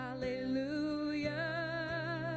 hallelujah